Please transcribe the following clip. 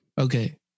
Okay